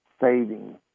saving